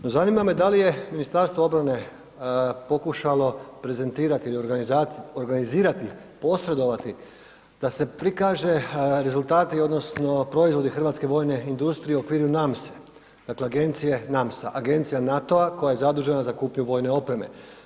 No, zanima me da li je Ministarstvo obrane pokušalo prezentirati ili organizirati, posredovati da se prikaže rezultati odnosno proizvodi hrvatske vojne industrije u okviru NAMSE dakle Agencije NAMSA, Agencija NATO-a koja je zadužena za kupnju vojne opreme.